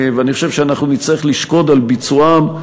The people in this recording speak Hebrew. ואני חושב שאנחנו נצטרך לשקוד על ביצועם,